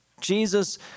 Jesus